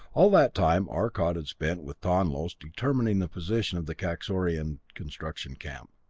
all that time arcot had spent with tonlos determining the position of the kaxorian construction camp.